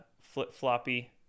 flip-floppy